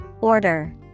Order